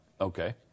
okay